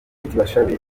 bashabe